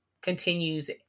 continues